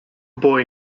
boy